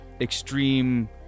extreme